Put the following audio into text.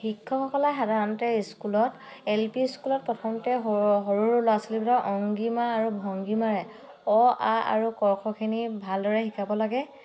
শিক্ষকসকলে সাধাৰণতে স্কুলত এল পি স্কুলত প্ৰথমতে সৰু সৰু ল'ৰা ছোৱালীবিলাকক অংগীমা আৰু ভংগীমাৰে অ আ আৰু ক খ খিনি ভাল দৰে শিকাব লাগে